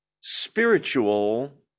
spiritual